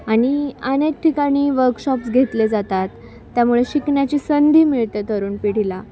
आणि अनेक ठिकाणी वर्कशॉप्स घेतले जातात त्यामुळे शिकण्याची संधी मिळते तरुण पिढीला